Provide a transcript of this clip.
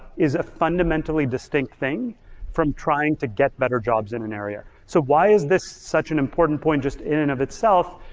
is a fundamentally distinct thing from trying to get better jobs in an area. so why is this such an important point just in and of itself?